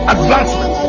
Advancement